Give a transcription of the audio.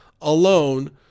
alone